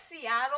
Seattle